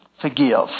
Forgive